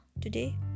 today